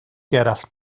gerallt